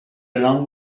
along